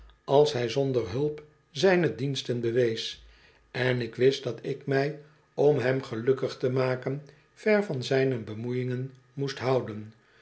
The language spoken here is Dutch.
als hij zonder hulp zijne diensten bewees en ik wist dat ik mij om hem gelukkig te maken ver van zijne bemoeiingen moest houden